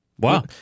Wow